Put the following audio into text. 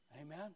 Amen